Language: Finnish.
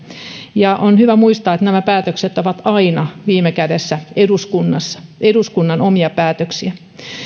ja on hyvä muistaa että nämä päätökset ovat aina viime kädessä eduskunnan omia päätöksiä